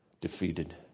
defeated